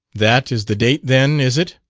that is the date, then, is it?